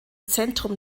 zentrum